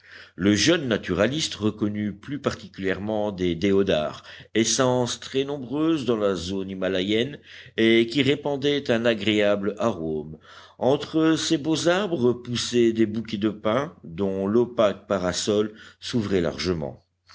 le jeune naturaliste reconnut plus particulièrement des déodars essences très nombreuses dans la zone himalayenne et qui répandaient un agréable arôme entre ces beaux arbres poussaient des bouquets de pins dont l'opaque parasol s'ouvrait largement